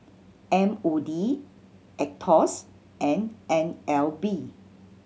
M O D Aetos and N L B